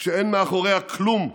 שאין מאחוריה כלום,